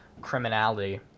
criminality